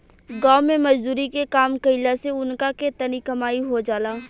गाँव मे मजदुरी के काम कईला से उनका के तनी कमाई हो जाला